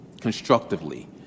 constructively